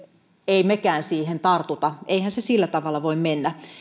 emme mekään siihen tartu eihän se sillä tavalla voi mennä